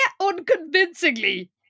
unconvincingly